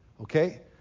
okay